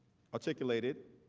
articulated,